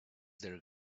their